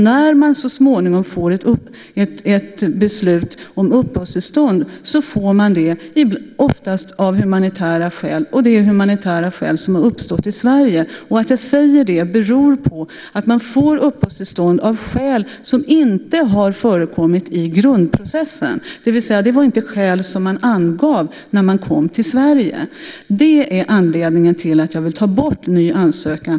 När man så småningom får ett beslut om uppehållstillstånd får man det oftast av humanitära skäl, och det är humanitära skäl som har uppstått i Sverige. Att jag säger det beror på att man får uppehållstillstånd av skäl som inte har förekommit i grundprocessen, det vill säga att det inte var skäl som man angav när man kom till Sverige. Det är anledningen till att jag vill ta bort möjligheten till ny ansökan.